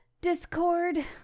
Discord